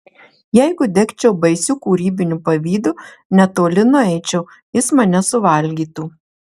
jeigu degčiau baisiu kūrybiniu pavydu netoli nueičiau jis mane suvalgytų